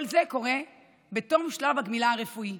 כל זה קורה בתום שלב הגמילה הרפואי.